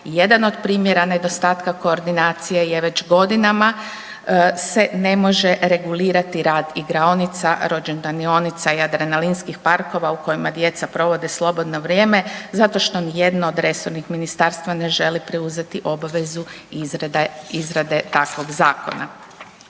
jedan od primjera nedostatka koordinacije je već godinama se ne može regulirati rad igraonica, rođendanionica i adrenalinskih parkova u kojima djeca provode slobodno vrijeme zato što ni jedno od resornih ministarstva ne želi preuzeti obavezu izrade takovog zakona.